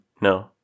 No